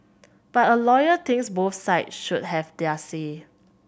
but a lawyer thinks both side should have their say